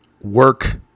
work